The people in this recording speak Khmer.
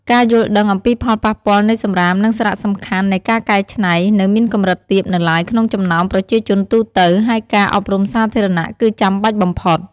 ការយល់ដឹងអំពីផលប៉ះពាល់នៃសំរាម និងសារៈសំខាន់នៃការកែច្នៃ នៅមានកម្រិតទាបនៅឡើយក្នុងចំណោមប្រជាជនទូទៅ ហើយការអប់រំសាធារណៈគឺចាំបាច់បំផុត។